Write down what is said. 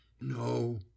No